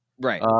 Right